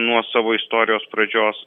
nuo savo istorijos pradžios